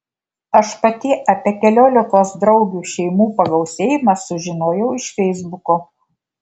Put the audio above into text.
aš pati apie keliolikos draugių šeimų pagausėjimą sužinojau iš feisbuko